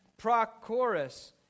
Prochorus